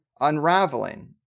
unraveling